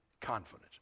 confidence